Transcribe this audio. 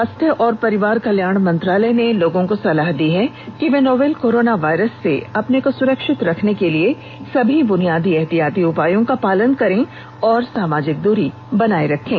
स्वास्थ्य और परिवार कल्याण मंत्रालय ने लोगों को सलाह दी है कि वे नोवल कोरोना वायरस से अपने को सुरक्षित रखने के लिए सभी बुनियादी एहतियाती उपायों का पालन करें और सामाजिक दूरी बनाए रखें